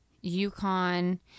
Yukon